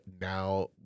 now